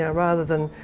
ah rather than,